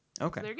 Okay